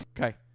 Okay